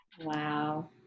Wow